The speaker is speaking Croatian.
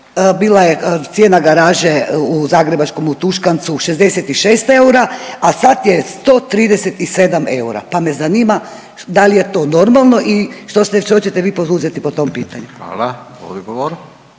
bila je cijena garaže u zagrebačkom Tuškancu 66 eura, a sad je 137 eura pa me zanima da li je to normalno i što ćete vi poduzeti po tom pitanju? **Radin, Furio